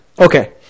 Okay